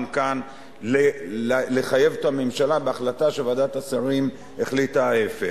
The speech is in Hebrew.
כאן לחייב את הממשלה בהחלטה כשוועדת השרים החליטה ההיפך.